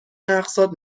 اقساط